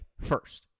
first